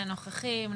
הנוכחים.